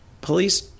police